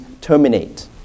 terminate